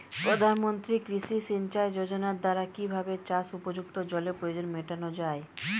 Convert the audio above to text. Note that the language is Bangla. প্রধানমন্ত্রী কৃষি সিঞ্চাই যোজনার দ্বারা কিভাবে চাষ উপযুক্ত জলের প্রয়োজন মেটানো য়ায়?